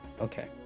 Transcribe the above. Okay